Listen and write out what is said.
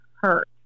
hurt